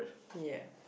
ya